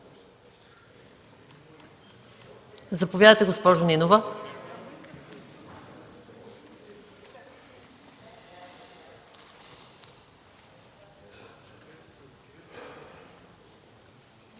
Заповядайте, госпожо Нинова.